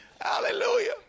Hallelujah